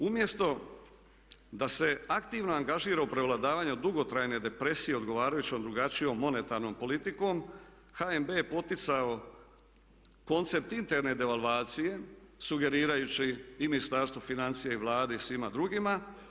Umjesto da se aktivno angažira u prevladavanju dugotrajne depresije odgovarajućom drugačijom monetarnom politikom HNB je poticao koncept interne devalvacije sugerirajući i Ministarstvu financija i Vladi i svima drugima.